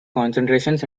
concentrations